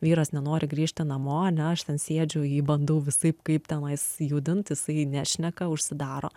vyras nenori grįžti namo ane aš ten sėdžiu jį bandau visaip kaip tenais judint jisai nešneka užsidaro